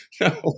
no